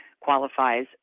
qualifies